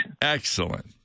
Excellent